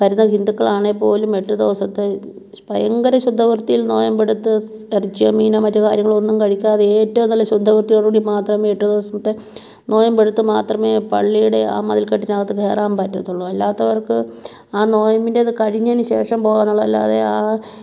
വരുന്ന ഹിന്ദുക്കളാണെ പോലും എട്ട് ദിവസത്തെ ഭയങ്കര ശുദ്ധവൃത്തിയിൽ നോയമ്പേടുത്ത് ഇറച്ചിയോ മീനോ മറ്റ് കാര്യങ്ങളൊക്കെ കഴിക്കാതെ ഏറ്റവും നല്ല ശുദ്ധവൃത്തിയോടുകൂടി എട്ട് ദിവസത്തെ മാത്രമേ നോയമ്പെടുത്ത് മാത്രമേ ആ പള്ളിയുടെ ആ മതിൽ കെട്ടിനകത്ത് കയറാൻ പറ്റത്തുള്ളൂ അല്ലാത്തവർക്ക് ആ നോയമ്പിൻ്റെത് കഴിഞ്ഞതിന് ശേഷം പോകാൻ ഉള്ളത് അല്ലാതെ ആ